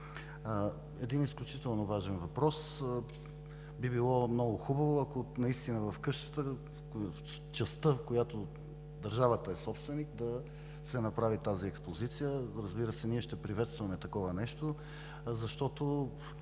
Един изключително важен въпрос. Би било много хубаво, ако в къщата, в частта, на която държавата е собственик, да се направи тази експозиция. Разбира се, ние ще приветстваме такова нещо, защото